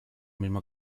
mismo